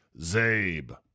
Zabe